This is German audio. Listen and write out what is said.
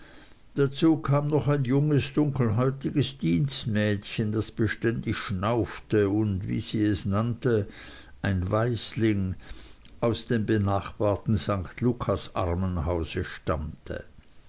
dazu kam noch ein junges dunkelhäutiges dienstmädchen das beständig schnaufte und wie sie es nannte ein waisling aus dem benachbarten st lukas armenhause stammte